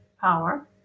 power